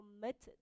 committed